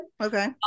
Okay